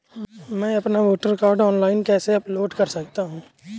मैं अपना voter card online कैसे अपलोड कर सकता हूँ?